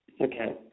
Okay